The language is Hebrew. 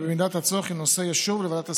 במידת הצורך, הנושא ישוב לוועדת השרים.